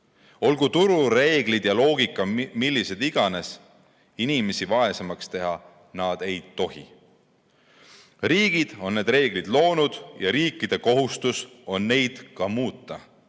Olgu turureeglid ja -loogika millised iganes, inimesi vaesemaks teha nad ei tohi. Riigid on need reeglid loonud ja riikide kohustus on neid ka muuta.